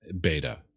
beta